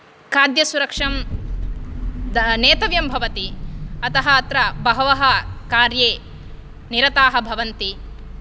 खाद्यसुरक्षं नेतव्यं भवति अतः अत्र बहवः कार्ये निरताः भवन्ति